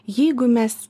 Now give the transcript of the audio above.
jeigu mes